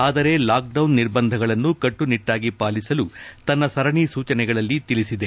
ಆದರೆ ಲಾಕ್ಡೌನ್ ನಿರ್ಬಂಧಗಳನ್ನು ಕಟ್ಟುನಿಟ್ಟಾಗಿ ಪಾಲಿಸಲು ತನ್ನ ಸರಣಿ ಸೂಚನೆಗಳಲ್ಲಿ ತಿಳಿಸಿದೆ